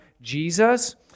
Jesus